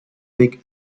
thick